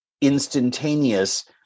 instantaneous